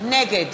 נגד